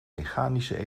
mechanische